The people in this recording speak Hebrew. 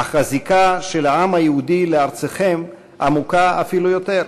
אך הזיקה של העם היהודי לארצכם עמוקה אפילו יותר.